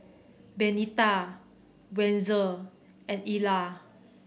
Benita Wenzel and Elia